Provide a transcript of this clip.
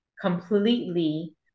completely